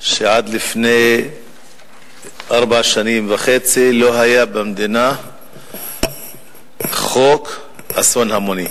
שעד לפני ארבע שנים וחצי לא היה במדינה חוק אסון המוני.